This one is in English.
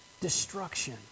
Destruction